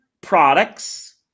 products